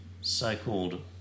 so-called